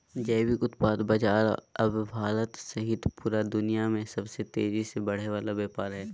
जैविक उत्पाद बाजार अब भारत सहित पूरा दुनिया में सबसे तेजी से बढ़े वला बाजार हइ